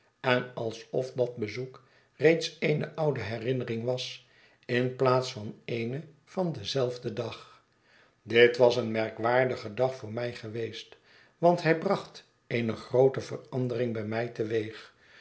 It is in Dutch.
en alsof dat bezoek reeds eene oude herinnering was in plaats van eene van denzelfden dag dit was een merkwaardige dag voor mij geweest want hij bracht eene groote verandering bij mij te weeg